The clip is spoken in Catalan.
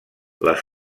les